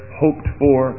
hoped-for